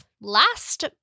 last